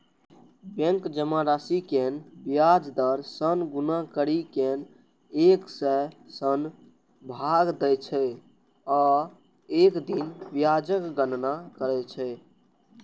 bank जमा राशि कें ब्याज दर सं गुना करि कें एक सय सं भाग दै छै आ एक दिन ब्याजक गणना करै छै